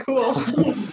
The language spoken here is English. cool